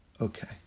Okay